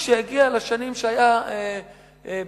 כשהגיע לשנים שהיה בשלטון,